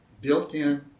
built-in